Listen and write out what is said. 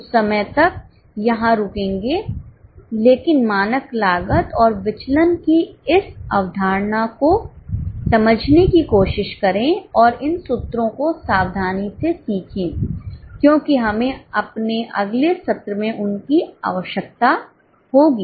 उस समय तक यहां रुकेंगे लेकिन मानक लागत और विचलन की इस अवधारणा को समझने की कोशिश करें और इन सूत्रों को सावधानी से सीखें क्योंकि हमें अपने अगले सत्र में उनकी आवश्यकता होगी